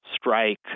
strike